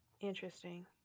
Interesting